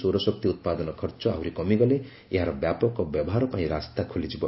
ସୌରଶକ୍ତି ଉତ୍ପାଦନ ଖର୍ଚ୍ଚ ଆହୁରି କମିଗଲେ ଏହାର ବ୍ୟାପକ ବ୍ୟବହାର ପାଇଁ ରାସ୍ତା ଖୋଲିଯିବ